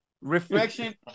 Reflection